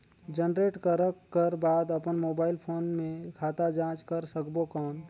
Generate करक कर बाद अपन मोबाइल फोन मे खाता जांच कर सकबो कौन?